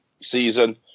season